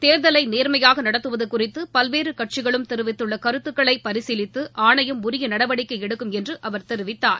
தேர்தலை நேர்மையாக நடத்துவது குறித்து பல்வேறு கட்சிகளும் தெரிவித்துள்ள கருத்துக்களை பரிசீலித்து ஆணையம் உரிய நடவடிக்கை எடுக்கும் என்று அவர் தெரிவித்தார்